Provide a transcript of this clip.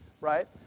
right